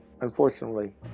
unfortunately